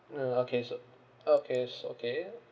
mm okay so okay s~ okay